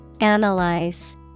Analyze